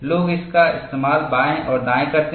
लोग इसका इस्तेमाल बाएं और दाएं करते हैं